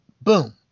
boom